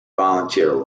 volunteer